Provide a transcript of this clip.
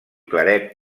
claret